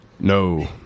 No